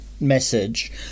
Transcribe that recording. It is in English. message